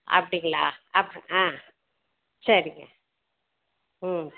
அப்படிங்களா அப் ஆ சரிங்க ம்